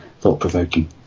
thought-provoking